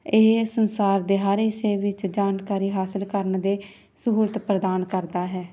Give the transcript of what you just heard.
ਇਹ ਸੰਸਾਰ ਦੇ ਹਰ ਹਿੱਸੇ ਵਿੱਚ ਜਾਣਕਾਰੀ ਹਾਸਿਲ ਕਰਨ ਦੇ ਸਹੂਲਤ ਪ੍ਰਦਾਨ ਕਰਦਾ ਹੈ